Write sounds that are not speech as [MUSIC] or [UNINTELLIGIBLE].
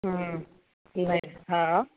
हँ [UNINTELLIGIBLE] हँ